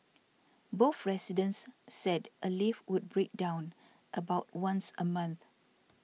both residents said a lift would break down about once a month